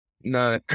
No